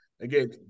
again